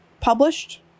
published